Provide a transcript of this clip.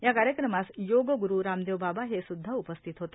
या कार्यक्रमास योगगुरू रामदेव बाबा हे सुद्धा उपस्थित होते